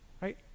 Right